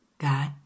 God